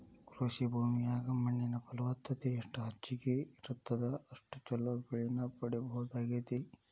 ಕೃಷಿ ಭೂಮಿಯಾಗ ಮಣ್ಣಿನ ಫಲವತ್ತತೆ ಎಷ್ಟ ಹೆಚ್ಚಗಿ ಇರುತ್ತದ ಅಷ್ಟು ಚೊಲೋ ಬೆಳಿನ ಪಡೇಬಹುದಾಗೇತಿ